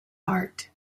heart